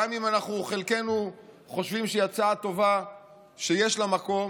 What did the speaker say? גם אם אנחנו חלקנו חושבים שהיא הצעה טובה שיש לה מקום,